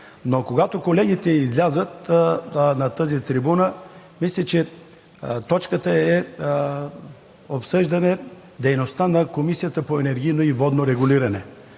но когато колегите излязат на тази трибуна, мисля, че точката е обсъждане дейността на Комисията по енергийно и водно регулиране.